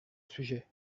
sujet